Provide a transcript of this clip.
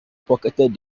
pocketed